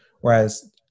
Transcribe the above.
Whereas